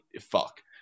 Fuck